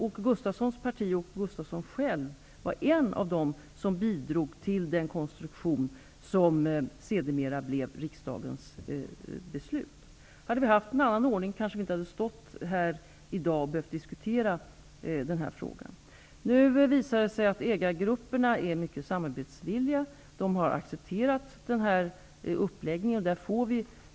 Åke Gustavssons parti och han själv bidrog till den konstruktion som sedermera blev riksdagens beslut. Hade vi haft en annan ordning då, kanske vi inte hade behövt diskutera frågan i dag. Det har visat sig att ägargrupperna är mycket samarbetsvilliga. De har accepterat den uppläggning som gjorts.